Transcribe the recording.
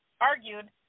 argued